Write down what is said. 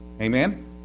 Amen